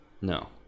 No